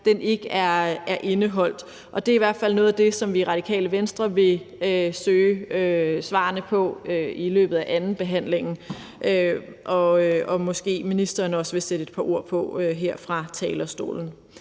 m.m. ikke er indeholdt, og det er i hvert fald noget af det, som vi i Radikale Venstre vil søge svarene på i løbet af andenbehandlingen, og måske vil ministeren også sætte et par ord på det her fra talerstolen.